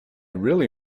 really